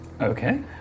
Okay